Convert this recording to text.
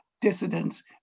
dissidents